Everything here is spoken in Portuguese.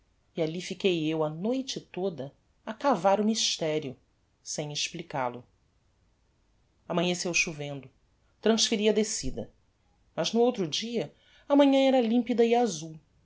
ahi fiquei eu a noite toda a cavar o mysterio sem explical o amanheceu chovendo transferi a descida mas no outro dia a manhã era limpida e azul